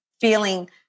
feeling